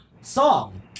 song